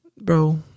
Bro